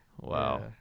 Wow